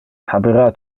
habera